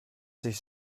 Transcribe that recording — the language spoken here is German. sich